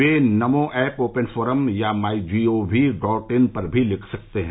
वे Namo app open forum या my G O V dot in पर भी लिख सकते हैं